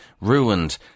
ruined